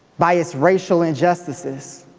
by its racial injustices,